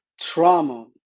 trauma